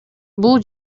бул